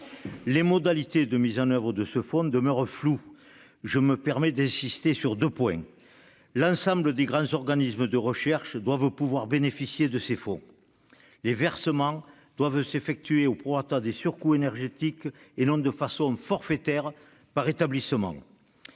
Les modalités de mise en oeuvre de ce fonds demeurent floues. Je me permets d'insister sur deux points : d'une part, l'ensemble des grands organismes de recherche doivent pouvoir bénéficier de ce fonds ; d'autre part, les versements doivent s'effectuer au prorata des surcoûts énergétiques et non de façon forfaitaire par établissement.